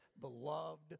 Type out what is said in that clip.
beloved